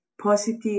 positive